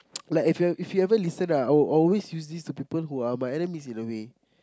like if you if you ever listen ah I will always use this to people who are my enemies in a way